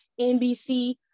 NBC